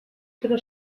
però